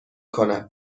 کند